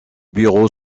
bureau